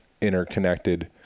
interconnected